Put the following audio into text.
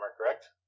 Correct